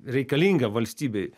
reikalingą valstybei